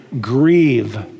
grieve